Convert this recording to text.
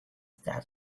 that